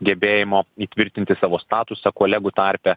gebėjimo įtvirtinti savo statusą kolegų tarpe